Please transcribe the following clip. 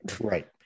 Right